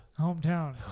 Hometown